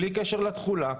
בלי קשר לתכולה.